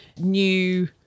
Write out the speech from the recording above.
new –